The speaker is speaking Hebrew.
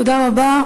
תודה רבה.